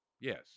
yes